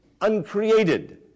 uncreated